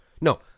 No